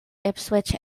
ipswich